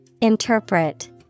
Interpret